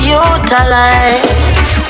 utilize